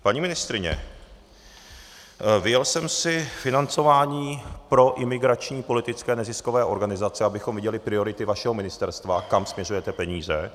Paní ministryně, vyjel jsem si financování proimigrační politické neziskové organizace, abychom viděli priority vašeho ministerstva, kam směřujete peníze.